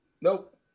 Nope